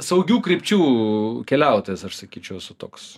saugių krypčių keliautojas aš sakyčiau esu toks